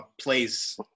place